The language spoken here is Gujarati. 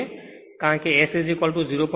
તેથી કારણ કે S 0